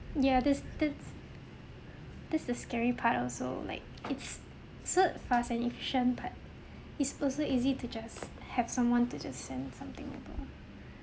ya that's that's that's the scary part also like it's still fast and efficient but it's also easy to just have someone to just send something over